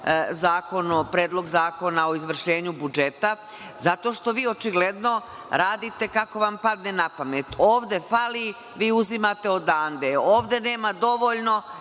nemamo predlog zakona o izvršenju budžeta, zato što vi očigledno radite kako vam padne na pamet. Ovde fali, vi uzimate odande, ovde nema dovoljno,